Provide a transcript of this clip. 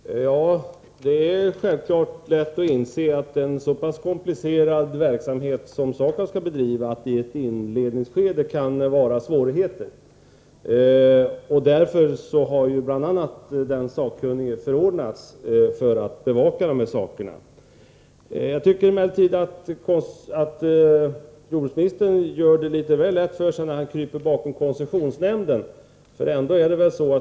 Herr talman! Det är självfallet lätt att inse att det kan förekomma svårigheter i inledningsskedet när en så pass komplicerad verksamhet som SAKAB:s skall bedrivas. Bl. a. därför har den sakkunnige förordnats för att kunna göra en bevakning. Jag tycker emellertid att jordbruksministern gör det litet väl lätt för sig när han kryper bakom koncessionsnämnden.